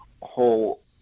whole